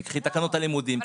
תיקחי תקנות הלימודים,